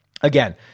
again